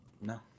no